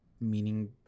meaning